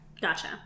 gotcha